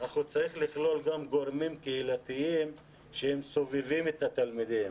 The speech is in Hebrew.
אבל הוא צריך לכלול גם גורמים קהילתיים שהם סובבים את התלמידים